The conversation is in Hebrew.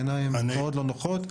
בעיניי הן מאוד לא נוחות.